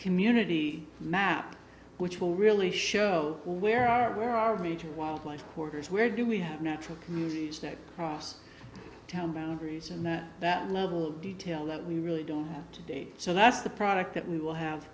community map which will really show where are where are the major wildlife quarters where do we have natural communities that cross town boundaries and that level of detail that we really don't have to date so that's the product that we will have